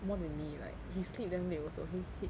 more than me like he sleep damn late also he he